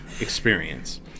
experience